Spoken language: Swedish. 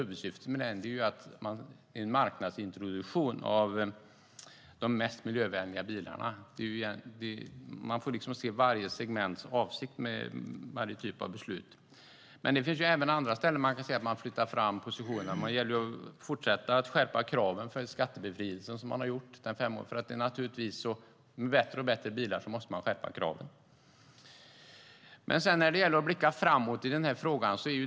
Huvudsyftet är att det ska ske en marknadsintroduktion av de mest miljövänliga bilarna. Man får titta på avsikten med varje typ av beslut. Det finns även andra ställen där positionerna flyttas fram. Det gäller att fortsätta att skärpa kraven för skattebefrielse. För att få bättre och bättre bilar måste kraven skärpas. Låt oss blicka framåt i frågan.